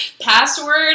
password